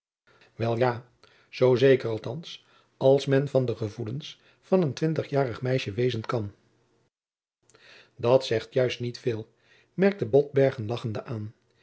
wel ja zoo zeker althands als men van de gevoelens van een twintigjarig meisje wezen kan dat zegt juist niet veel merkte botbergen lagchende aan